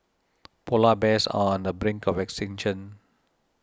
Polar Bears are on the brink of extinction